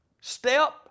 step